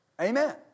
Amen